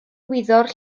wyddor